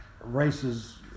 races